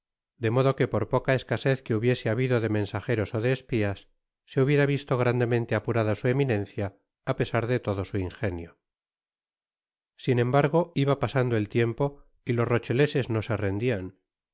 de modo que por poca escasez que hubiese habido de mensajeros ó de espias se hubiera visto grandemente apurada su eminencia á pesar de todo su ingenio content from google book search generated at sin embargo iba pasando el tiempo y los rocheleses no se rendian